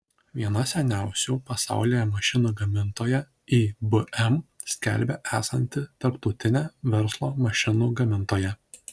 viena seniausių pasaulyje mašinų gamintoja ibm skelbia esanti tarptautine verslo mašinų gamintoja